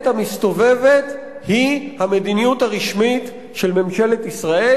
המסתובבת היא המדיניות הרשמית של ממשלת ישראל,